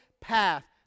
path